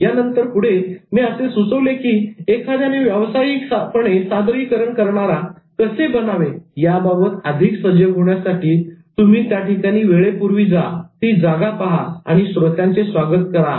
यानंतर पुढे मी असे सुचविले की एखाद्याने 'व्यवसायिकपणे सादरीकरण' करणारा कसे बनावे याबाबत अधिक सजग होण्यासाठी तुम्ही त्याठिकाणी वेळेपूर्वी जा ती जागा पहा आणि श्रोत्यांचे स्वागत करा